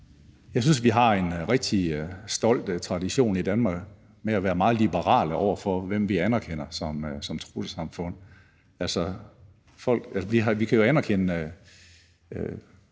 Jeg synes, vi har en rigtig stolt tradition i Danmark med at være meget liberale over for, hvem vi anerkender som trossamfund. Vi kan jo anerkende